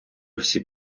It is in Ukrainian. всі